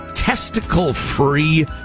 testicle-free